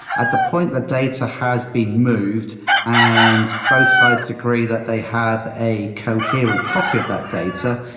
at the point that data has been moved and both sides agree that they have a coherent copy of that data,